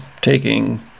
taking